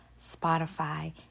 Spotify